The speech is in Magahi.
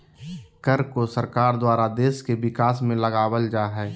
कर को सरकार द्वारा देश के विकास में लगावल जा हय